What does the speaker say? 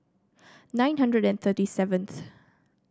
nine hundred and thirty seventh